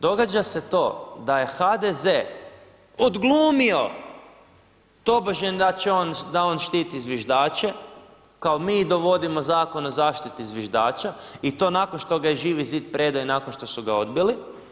Događa se to da je HDZ odglumio tobože da on štiti zviždače, kao mi dovodimo Zakon o zaštiti zviždača, i to nakon što ga je Živi zid predao i nakon što su ga odbili.